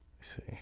see